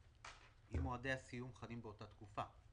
אחרים, אם מועדי הסיום חלים באותה תקופה.